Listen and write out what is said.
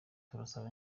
turasaba